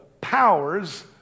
powers